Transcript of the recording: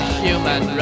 human